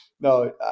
No